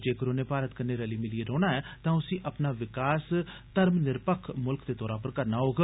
जेगर उन्जै भारत कन्नै रली मिलियै रौहना ऐ तां उसी अपना विकास धर्म निरपक्ख मुल्ख दे तौर उप्पर करना होग